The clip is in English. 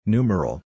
Numeral